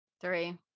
three